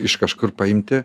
iš kažkur paimti